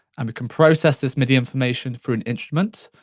um can process this midi information through an instrument,